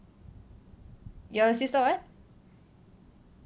your sister [what]